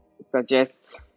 suggest